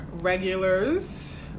regulars